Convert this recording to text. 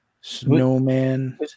Snowman